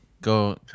go